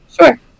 Sure